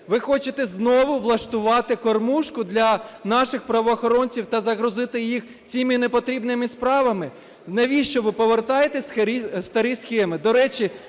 Ви хочете знову влаштувати кормушку для наших правоохоронців та загрузити їх цими непотрібними справами? Навіщо ви повертаєте старі схеми?